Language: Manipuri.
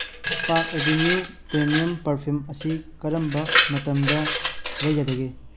ꯄꯥꯛ ꯑꯦꯚꯤꯅ꯭ꯌꯨ ꯄ꯭ꯔꯤꯃꯤꯌꯝ ꯄꯔꯐ꯭ꯌꯨꯝ ꯑꯁꯤ ꯀꯔꯝꯕ ꯃꯇꯝꯗ ꯂꯩꯒꯗꯒꯦ